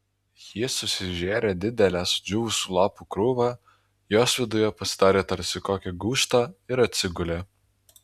ji susižėrė didelę sudžiūvusių lapų krūvą jos viduje pasidarė tarsi kokią gūžtą ir atsigulė